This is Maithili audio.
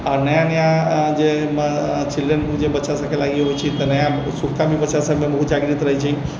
आ नया नया जाहिमे चिल्ड्रन जे बच्चा सभके लागि होइत छै तऽ नया सुरतामे बच्चा सभकेँ बहुत जागृत रहैत छै